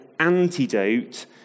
antidote